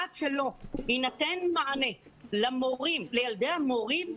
עד שלא יינתן מענה לילדי המורים,